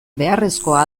beharrezkoa